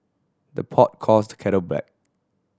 the pot calls the kettle black